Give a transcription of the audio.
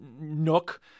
nook